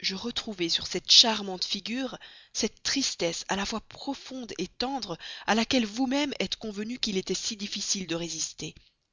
je retrouvai sur cette charmante figure cette même tristesse à la fois profonde tendre à laquelle vous-même êtes convenu qu'il était si difficile de résister